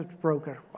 broker